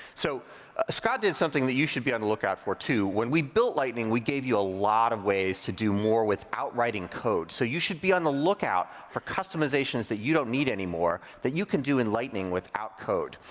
so scott did something that you should be on the lookout for, too. when we built lightning, we gave you a lot of ways to do more without writing code. so you should be on the lookout for customizations that you don't need anymore, that you can do in lightning without code.